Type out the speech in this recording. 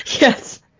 Yes